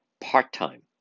part-time